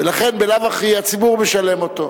ולכן בלאו הכי הציבור משלם אותו.